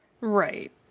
Right